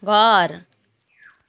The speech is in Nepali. घर